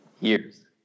years